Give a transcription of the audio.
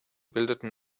bildeten